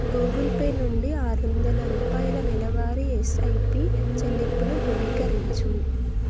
Google Pay నుండి ఆరువందల రూపాయల నెలవారీ ఎస్ఐపి చెల్లింపుని ధృవీకరించు